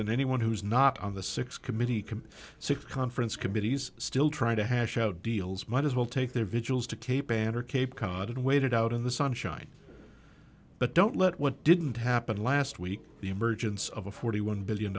and anyone who's not on the six committee can six conference committees still trying to hash out deals might as well take their vigils to cape banner cape cod and waited out in the sunshine but don't let what didn't happen last week the emergence of a forty one billion